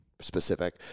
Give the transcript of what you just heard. Specific